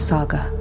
Saga